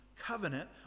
covenant